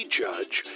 judge